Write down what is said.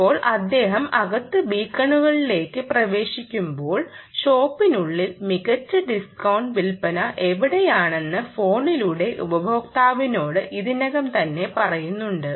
ഇപ്പോൾ അദ്ദേഹം അകത്ത് ബീക്കണുകളിലേക്ക് പ്രവേശിക്കുമ്പോൾ ഷോപ്പിനുള്ളിൽ മികച്ച ഡിസ്കൌണ്ട് വിൽപ്പന എവിടെയാണെന്ന് ഫോണിലുള്ള ഉപയോക്താവിനോട് ഇതിനകം തന്നെ പറയുന്നുണ്ട്